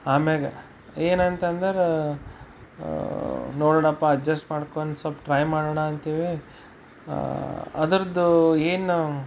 ಆಮ್ಯಾಗ ಏನಂತಂದರೆ ನೋಡೋಣಪ್ಪಾ ಅಡ್ಜಸ್ಟ್ ಮಾಡಿಕೊಂಡು ಸ್ವಲ್ಪ ಟ್ರೈ ಮಾಡೋಣ ಅಂಥೇಳಿ ಅದರದ್ದು ಏನು